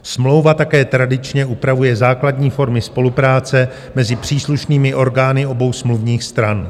Smlouva také tradičně upravuje základní formy spolupráce mezi příslušnými orgány obou smluvních stran.